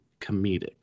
comedic